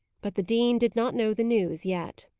but the dean did not know the news yet.